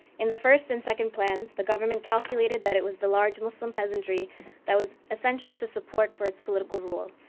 in the first and second plans, the government calculated that it was the large muslim peasantry that was essential to support for its political rule.